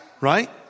right